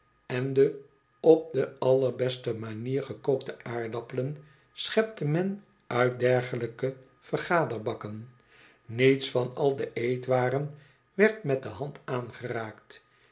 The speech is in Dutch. en de op de allerbeste manier gekookte aardappelen schepte men uit dergelijke vergaderbakken niets van al de eetwaren werd met de hand aangeraakt